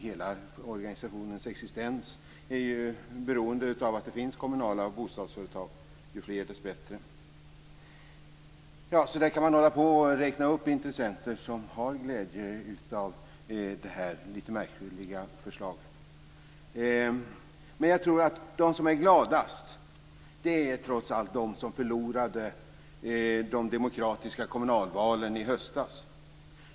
Hela organisationens existens är ju beroende av att det finns kommunala bostadsföretag. Ju fler, desto bättre! Så där kan man hålla på med att räkna upp intressenter som har glädje av det här lite märkliga förslaget. Men gladast är nog trots allt de som förlorade de demokratiska kommunalvalen i höstas.